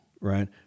right